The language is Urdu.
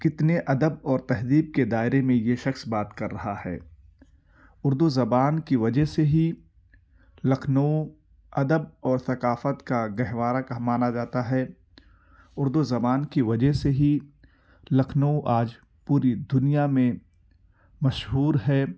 کتنے ادب اور تہذیب کے دائرے میں یہ شخص بات کر رہا ہے اردو زبان كی وجہ سے ہی لكھنؤ ادب اور ثقافت كا گہوارہ مانا جاتا ہے اردو زبان كی وجہ سے ہی لكھنؤ آج پوری دنیا میں مشہور ہے